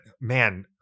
man